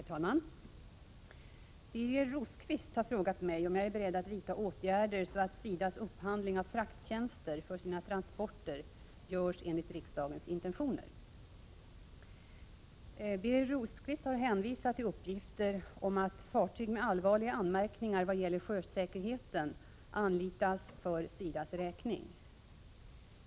Herr talman! Birger Rosqvist har frågat mig om jag är beredd att vidta åtgärder så att SIDA:s upphandling av frakttjänster för sina transporter görs enligt riksdagens intentioner. Birger Rosqvist har hänvisat till uppgifter om att fartyg med allvarliga anmärkningar vad gäller sjösäkerheten anlitas för SIDA:s räkning.